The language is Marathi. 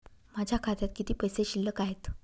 माझ्या खात्यात किती पैसे शिल्लक आहेत?